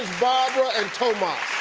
barbara and tomas.